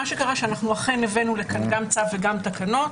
מה שקרה, שאנחנו אכן הבאנו לכאן גם צו וגם תקנות.